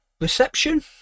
Reception